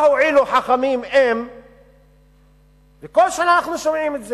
מה הועילו חכמים וכל שנה אנחנו שומעים את זה: